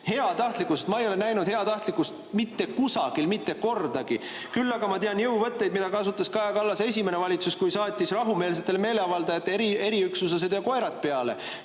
jõuvõtet. Ma ei ole näinud heatahtlikkust mitte kusagil mitte kordagi. Küll aga ma tean jõuvõtteid, mida kasutas Kaja Kallase esimene valitsus, kui saatis rahumeelsetele meeleavaldajatele peale eriüksuslased ja koerad.